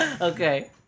Okay